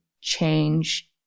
change